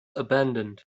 abandoned